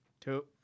two